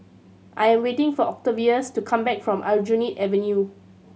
I am waiting for Octavius to come back from Aljunied Avenue